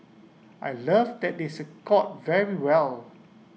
I love that they scored very well